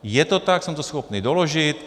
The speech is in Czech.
Je to tak, jsem to schopný doložit.